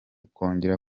kongera